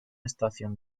estación